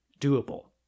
doable